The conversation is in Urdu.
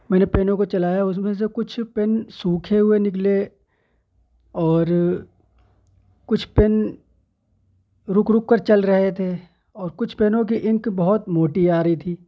میں نے پینوں کو چلایا اس میں سے کچھ پین سوکھے ہوئے نکلے اور کچھ پین رک رک کر چل رہے تھے اور کچھ پینوں کی انک بہت موٹی آ رہی تھی